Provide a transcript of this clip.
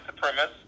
supremacist